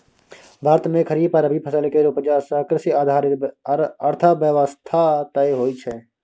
भारत मे खरीफ आ रबी फसल केर उपजा सँ कृषि आधारित अर्थव्यवस्था तय होइ छै